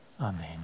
amen